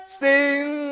sing